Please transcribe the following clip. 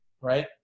right